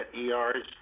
ERs